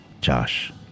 Josh